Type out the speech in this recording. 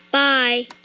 bye